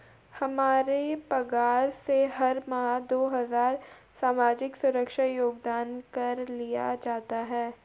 हमारे पगार से हर माह दो हजार सामाजिक सुरक्षा योगदान कर लिया जाता है